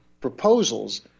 proposals